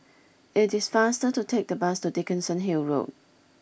it is faster to take the bus to Dickenson Hill Road